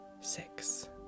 six